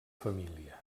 família